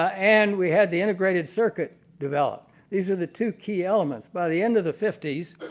and we had the integrated circuit developed these are the two key elements by the end of the fifty s